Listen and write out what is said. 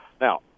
Now